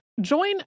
Join